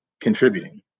contributing